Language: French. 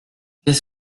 qu’est